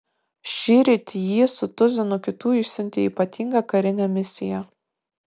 šįryt jį su tuzinu kitų išsiuntė į ypatingą karinę misiją